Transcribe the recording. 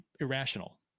irrational